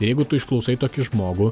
jeigu tu išklausai tokį žmogų